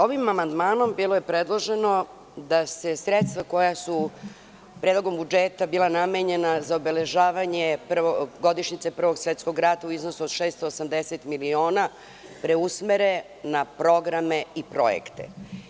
Ovim amandmanom bilo je predloženo da se sredstva koja su predlogom budžeta bila namenjena za obeležavanje godišnjice Prvog svetskog rata u iznosu od 680 miliona preusmere na programe i projekte.